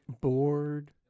Bored